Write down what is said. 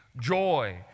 joy